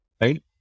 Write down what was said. right